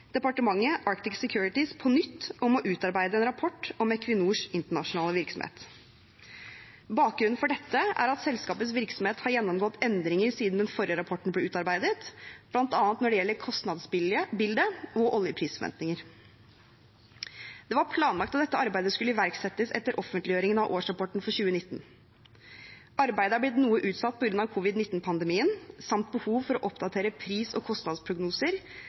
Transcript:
Arctic Securities på nytt om å utarbeide en rapport om Equinors internasjonale virksomhet. Bakgrunnen for dette er at selskapets virksomhet har gjennomgått endringer siden den forrige rapporten ble utarbeidet, bl.a. når det gjelder kostnadsbildet og oljeprisforventninger. Det var planlagt at dette arbeidet skulle iverksettes etter offentliggjøring av årsrapporten for 2019. Arbeidet er blitt noe utsatt på grunn av covid-19-pandemien samt behov for å oppdatere pris- og kostnadsprognoser